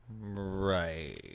Right